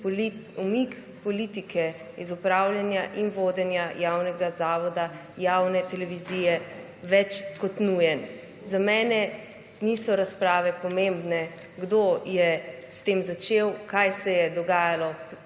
umik politike iz upravljanja in vodenja javnega zavoda, javne televizije več kot nujen. Za mene niso razprave pomembne, kdo je s tem začel, kaj se je dogajalo pred